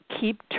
keep